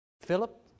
Philip